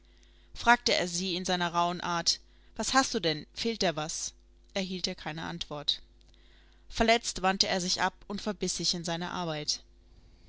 fragte er sie in seiner rauhen art was hast du denn fehlt dir was erhielt er keine antwort verletzt wandte er sich ab und verbiß sich in seine arbeit